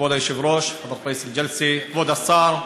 כבוד היושב-ראש, ראיס אל-ג'לסה, כבוד השר,